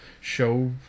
show